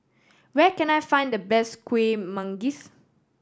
where can I find the best Kuih Manggis